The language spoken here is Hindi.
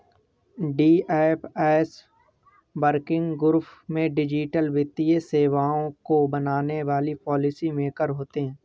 डी.एफ.एस वर्किंग ग्रुप में डिजिटल वित्तीय सेवाओं को बनाने वाले पॉलिसी मेकर होते हैं